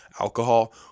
alcohol